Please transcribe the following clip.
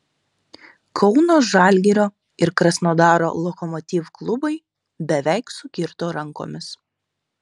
kauno žalgirio ir krasnodaro lokomotiv klubai beveik sukirto rankomis